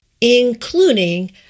including